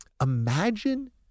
Imagine